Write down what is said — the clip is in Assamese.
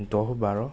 দহ বাৰ